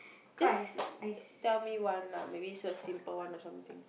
just tell me one lah maybe a simple one or something